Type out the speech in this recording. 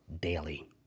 daily